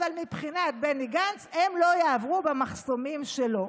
אבל מבחינת בני גנץ הם לא יעברו במחסומים שלו.